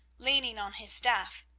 leaning on his staff,